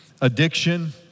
addiction